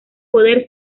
poder